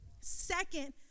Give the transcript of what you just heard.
Second